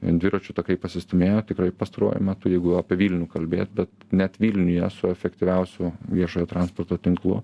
dviračių takai pasistūmėjo tikrai pastaruoju metu jeigu apie vilnių kalbėt bet net vilniuje su efektyviausiu viešojo transporto tinklu